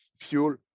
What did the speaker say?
fuel